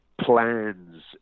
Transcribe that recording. plans